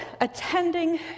attending